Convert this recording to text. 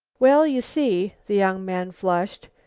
well, you see, the young man flushed,